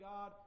God